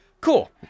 Cool